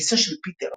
"הכיסא של פיטר",